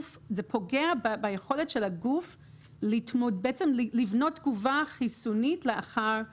זה פוגע ביכולת של הגוף בעצם לבנות תגובה חיסונית לאחר החיסון.